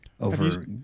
over